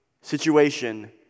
situation